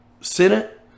Senate